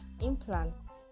implants